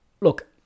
Look